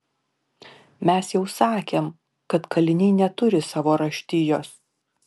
mes jau sakėm kad kaliniai neturi savo raštijos